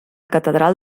catedral